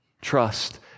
Trust